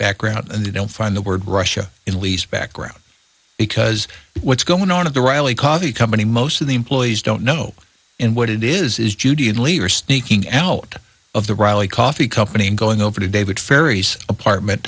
background and they don't find the word russia in lee's background because what's going on at the rally coffee company most of the employees don't know what it is is judean leader sneaking out of the riley coffee company and going over to david fairies apartment